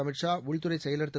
அமித் ஷா உள்துறை செயலா் திரு